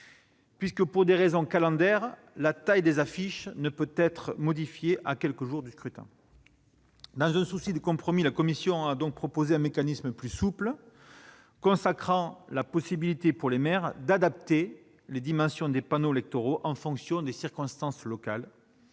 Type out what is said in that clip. : pour des raisons calendaires, la taille des affiches ne peut pas être modifiée à quelques jours du scrutin. Dans un souci de compromis, la commission a proposé un mécanisme plus souple, consacrant la possibilité pour le maire d'adapter les dimensions des panneaux électoraux en fonction des circonstances locales.